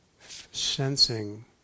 sensing